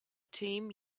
team